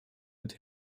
mit